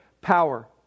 power